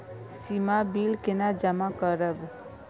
सीमा bill केना जमा करब?